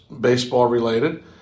baseball-related